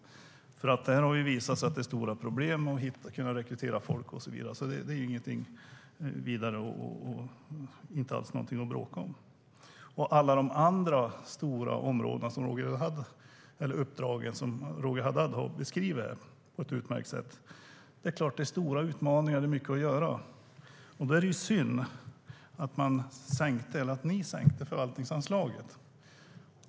Det har visat sig att det är stora problem i fråga om att rekrytera folk. Detta är ingenting att bråka om. När det gäller alla de andra stora uppdrag som Roger Haddad beskriver här på ett utmärkt sätt är det klart att det är stora utmaningar och mycket att göra. Då är det synd att ni sänkte förvaltningsanslaget.